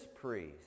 priest